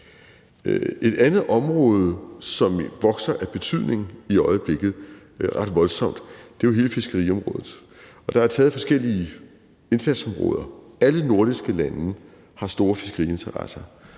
Et andet område, som vokser ret voldsomt i betydning i øjeblikket, er hele fiskeriområdet. Der er forskellige indsatsområder. Alle nordiske lande har store fiskeriinteresser,